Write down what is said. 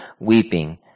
weeping